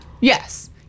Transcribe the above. Yes